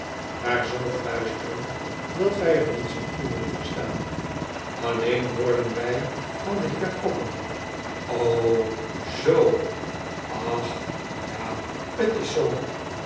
maar zoo fluisterend dat wij er niets van konden verstaan alleen hoorden wtf van den heer cocker o zoo ach ja t is zoo